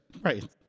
right